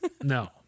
no